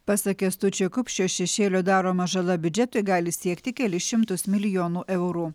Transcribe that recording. pasak kęstučio kupšio šešėlio daroma žala biudžetui gali siekti kelis šimtus milijonų eurų